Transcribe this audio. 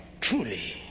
truly